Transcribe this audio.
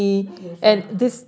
bagus lah